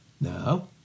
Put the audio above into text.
now